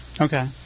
Okay